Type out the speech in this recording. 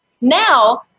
Now